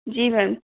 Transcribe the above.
जी ma'am